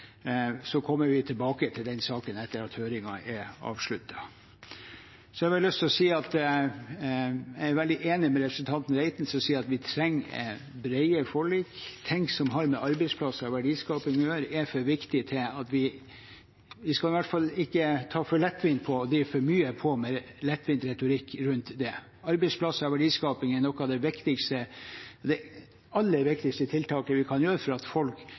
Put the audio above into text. Så kommer vi tilbake til den saken etter at høringen er avsluttet. Jeg har bare lyst til å si at jeg er veldig enig med representanten Reiten, som sier at vi trenger brede forlik. Ting som har med arbeidsplasser og verdiskaping å gjøre, er for viktige. Vi skal i hvert fall ikke drive for mye på med lettvint retorikk rundt det. Arbeidsplasser og verdiskaping er noe av det aller viktigste tiltaket vi kan gjøre for at folk